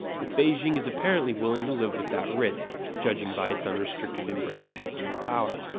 but beijing is apparently willing to live with that risk, judging by its unrestricted embrace of nuclear power.